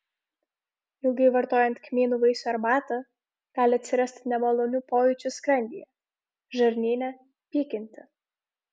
ilgai vartojant kmynų vaisių arbatą gali atsirasti nemalonių pojūčių skrandyje žarnyne pykinti